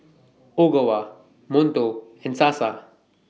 Ogawa Monto and Sasa